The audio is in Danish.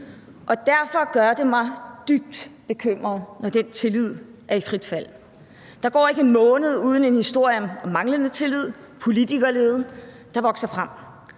Og derfor gør det mig dybt bekymret, når den tillid er i frit fald. Der går ikke en måned uden en historie om manglende tillid, politikerlede, der vokser frem.